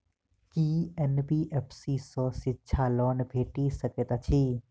की NBFC सँ शिक्षा loan भेटि सकैत अछि?